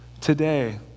today